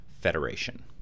Federation